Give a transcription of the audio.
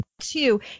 Two